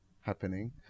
happening